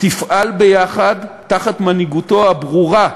תפעל ביחד תחת מנהיגותו הברורה,